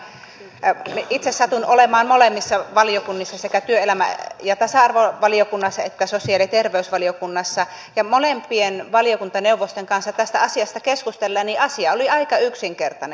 itse satun olemaan molemmissa valiokunnissa sekä työelämä ja tasa arvovaliokunnassa että sosiaali ja terveysvaliokunnassa ja molempien valiokuntaneuvosten kanssa tästä asiasta keskustellen asia oli aika yksinkertainen